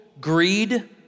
greed